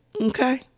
Okay